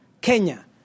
Kenya